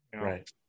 Right